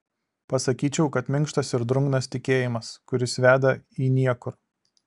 pasakyčiau kad minkštas ir drungnas tikėjimas kuris veda į niekur